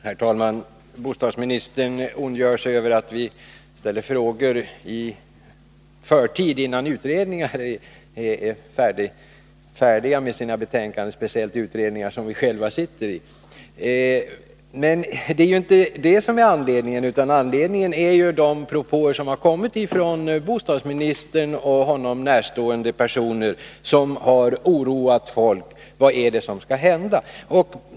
Herr talman! Bostadsministern ondgör sig över att vi ställer frågor i förtid, dvs. innan utredningar är färdiga med sina betänkanden, speciellt utredningar som vi själva sitter i. Men det är ju inte det som är anledningen till frågorna, utan anledningen är de propåer som kommit från bostadsministern och honom närstående personer och som har oroat folk för vad som kommer att hända.